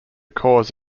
cause